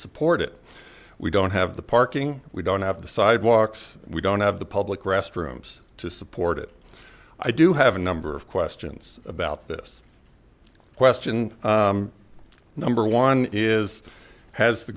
support it we don't have the parking we don't have the sidewalks we don't have the public restrooms to support it i do have a number of questions about this question number one is has the